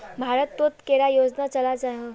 भारत तोत कैडा योजना चलो जाहा?